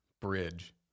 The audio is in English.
bridge